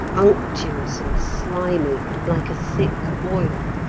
unctuous and slimy, like a thick oil.